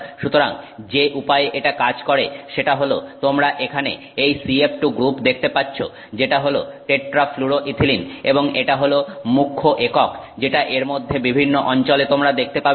সুতরাং যে উপায়ে এটা কাজ করে সেটা হল তোমরা এখানে এই CF2 গ্রুপ দেখতে পাচ্ছ যেটা হলো টেট্রাফ্লুরোইথিলিন এবং এটা হলো মুখ্য একক যেটা এর মধ্যে বিভিন্ন অঞ্চলে তোমরা দেখতে পাবে